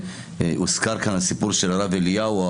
הוזכר כאן הסיפור של הרב אליהו.